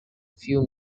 few